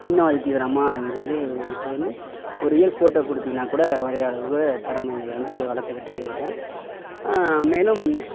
இன்னும் அது தீவிரமாக இருந்து இப்போது வந்து ஒரு ரியல் ஃபோட்டோ கொடுத்தீனா கூட வரைகிற அளவுக்கூட ஒரு திறமைகள் வந்து வளர்த்துக்கிட்டே இருக்கேன் மேலும்